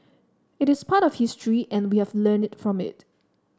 it is part of history and we have learned from it